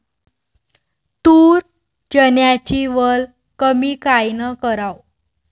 तूर, चन्याची वल कमी कायनं कराव?